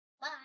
Bye